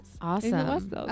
Awesome